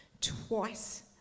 Twice